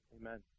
Amen